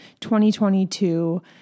2022